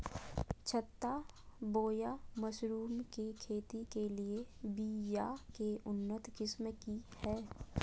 छत्ता बोया मशरूम के खेती के लिए बिया के उन्नत किस्म की हैं?